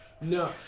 No